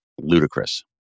ludicrous